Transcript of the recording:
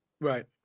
right